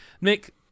Nick